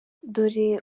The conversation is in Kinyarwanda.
dore